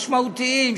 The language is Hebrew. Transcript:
משמעותיים,